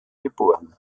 geboren